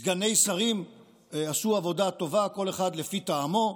סגני שרים עשו עבודה טובה, כל אחד לפי טעמו,